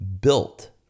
built